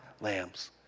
lambs